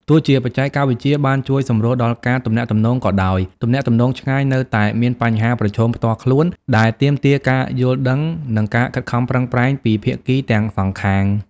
ទោះជាបច្ចេកវិទ្យាបានជួយសម្រួលដល់ការទំនាក់ទំនងក៏ដោយ ទំនាក់ទំនងឆ្ងាយនៅតែមានបញ្ហាប្រឈមផ្ទាល់ខ្លួន ដែលទាមទារការយល់ដឹង និងការខិតខំប្រឹងប្រែងពីភាគីទាំងសងខាង។